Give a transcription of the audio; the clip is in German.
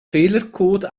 fehlercode